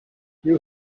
you